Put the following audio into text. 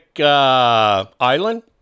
island